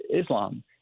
Islam